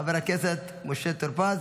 חבר הכנסת משה טור פז,